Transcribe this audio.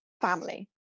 family